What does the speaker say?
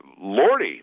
Lordy